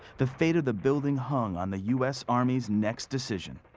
the fate of the building hung on the us army's next decision.